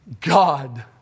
God